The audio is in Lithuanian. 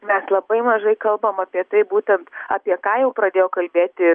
mes labai mažai kalbam apie tai būtent apie ką jau pradėjo kalbėti